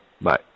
Bye